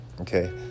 okay